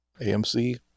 amc